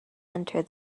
enter